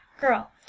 Girl